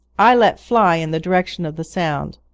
i let fly in the direction of the sound.